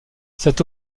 cet